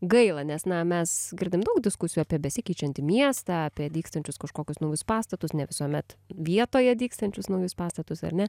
gaila nes na mes girdim daug diskusijų apie besikeičiantį miestą apie dygstančius kažkokius naujus pastatus ne visuomet vietoje dygstančius naujus pastatus ar ne